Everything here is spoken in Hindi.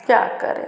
क्या करें